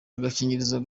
agakingirizo